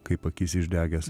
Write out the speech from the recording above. kaip akis išdegęs